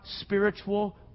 spiritual